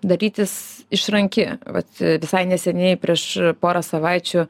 darytis išranki vat visai neseniai prieš porą savaičių